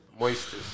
Moistus